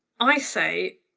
i say,